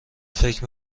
فکر